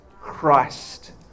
Christ